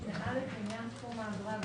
האמור בפרט משנה (א) לעניין סכום האגרה,